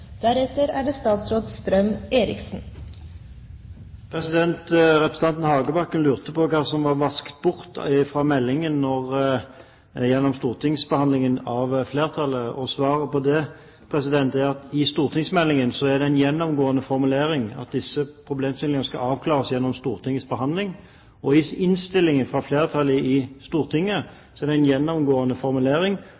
Representanten Hagebakken lurte på hva det var flertallet hadde vasket bort fra meldingen gjennom stortingsbehandlingen. Svaret på det er at i stortingsmeldingen er det en gjennomgående formulering at disse problemstillingene skal avklares gjennom Stortingets behandling, og i innstillingen fra flertallet i